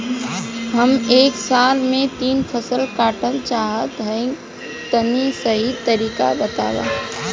हम एक साल में तीन फसल काटल चाहत हइं तनि सही तरीका बतावा?